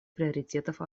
приоритетов